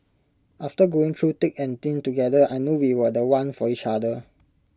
after going through thick and thin together I knew we were The One for each other